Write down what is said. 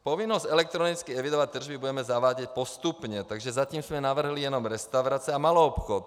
Povinnost elektronicky evidovat tržby budeme zavádět postupně, takže zatím jsme navrhli jenom restaurace a maloobchod.